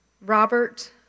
Robert